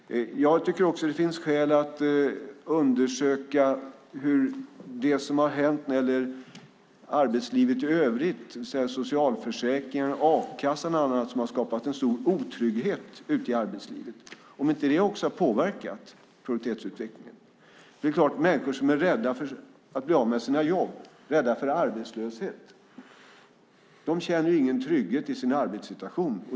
Jag tycker också att det finns skäl att undersöka hur det som har hänt när det gäller arbetslivet i övrigt, det vill säga socialförsäkringar och a-kassan och allt det här som har skapat en stor otrygghet ute i arbetslivet, har påverkat produktivitetsutvecklingen. Det är klart att människor som är rädda för att bli av med sina jobb, rädda för arbetslöshet, inte känner någon trygghet i sin arbetssituation.